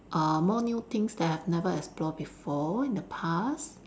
err more new things that I have never explore before in the past